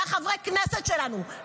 חברי הכנסת שלנו,